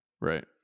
Right